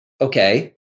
okay